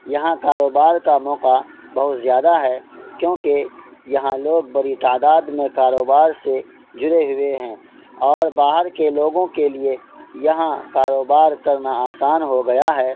یہاں کاروبار کا موقع بہت زیادہ ہے کیونکہ یہاں لوگ بڑی تعداد میں کاروبار سے جڑے ہوئے ہیں اور باہر کے لوگوں کے لیے یہاں کاروبار کرنا آسان ہو گیا ہے